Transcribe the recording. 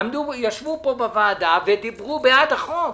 הן ישבו פה בוועדה ודיברו בעד החוק.